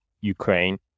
Ukraine